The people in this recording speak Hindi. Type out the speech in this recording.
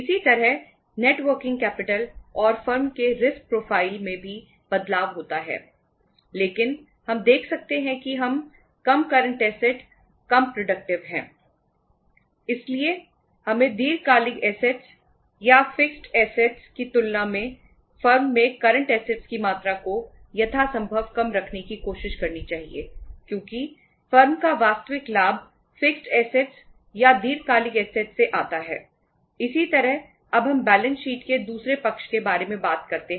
इसलिए हमें दीर्घकालिक एसेट्स पक्ष है